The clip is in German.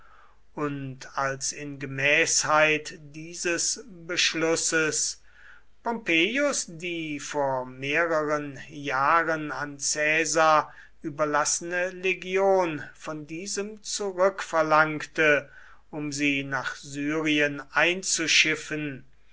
und als in gemäßheit dieses beschlusses pompeius die vor mehreren jahren an caesar überlassene legion von diesem zurückverlangte um sie nach syrien einzuschiffen